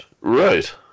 Right